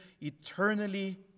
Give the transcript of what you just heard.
eternally